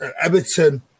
Everton